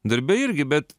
darbe irgi bet